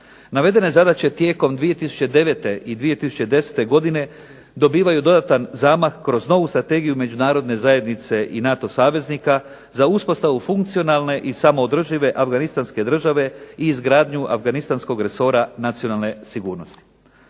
Navedene zadaće tijekom 2009. i 2010. godine dobivaju dodatan zamah kroz novu strategiju Međunarodne zajednice i NATO saveznika za uspostavu funkcionalne i samoodržive afganistanske države i izgradnju afganistanskog resora nacionalne sigurnosti.